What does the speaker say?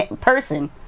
person